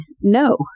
no